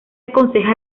aconseja